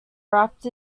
wrapped